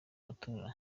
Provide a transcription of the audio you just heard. matora